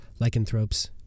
lycanthropes